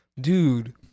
Dude